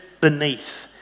beneath